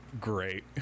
great